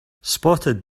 spotted